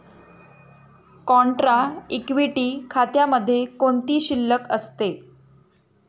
Contra equity खात्यामध्ये कोणती शिल्लक असते?